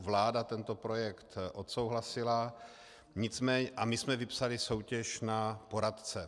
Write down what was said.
Vláda tento projekt odsouhlasila a my jsme vypsali soutěž na poradce.